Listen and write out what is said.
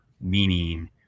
meaning